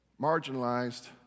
marginalized